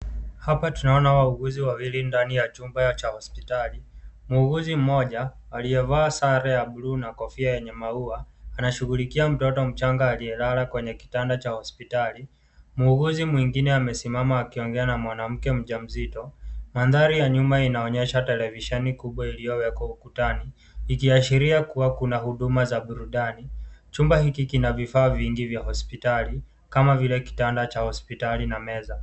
Hapa tunaona wauguzi wawili ndani ya chumba cha hospitali, muuguzi mmoja aliyevaa sare ya blue na kofia yenye maua anashughulikia mtoto mchanga aliyelala kwenye kitanda cha hospitali. Muuguzi mwingine amesimama akiongea na mwanamke mjamzito. Mandhari ya nyuma inaonyesha televisheni kubwa iliyowekwa ukutani. Ikiashiria kuwa kuna huduma za burudani. Chumba hiki kina vifaa vingi vya hospitali, kama vile kitanda cha hospitali na meza.